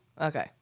Okay